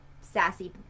sassy